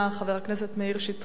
חבר הכנסת מאיר שטרית,